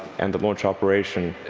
and the launch operation.